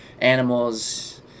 animals